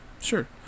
sure